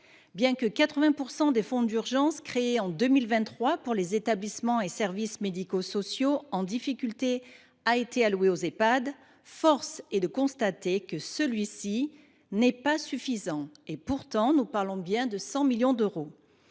Bien que 80 % du fonds d’urgence créé en 2023 pour les établissements et services sociaux et médico sociaux (ESSMS) en difficulté ait été alloué aux Ehpad, force est de constater que celui ci n’est pas suffisant. Pourtant, nous parlons bien de 100 millions d’euros